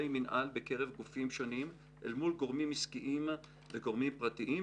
מינהל בקרב גופים שונים אל מול גורמים עסקיים וגורמים פרטיים,